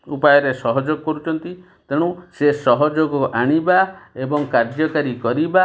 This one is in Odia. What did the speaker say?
ଉପାୟରେ ସହଯୋଗ କରୁଛନ୍ତି ତେଣୁ ସିଏ ସହଯୋଗ ଆଣିବା ଏବଂ କାର୍ଯ୍ୟକାରୀ କରିବା